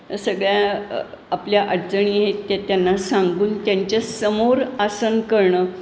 सगळ्या आपल्या अडचणी आहेत ते त्यांना सांगून त्यांच्या समोर आसन करणं